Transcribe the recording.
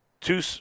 Two